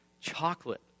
chocolate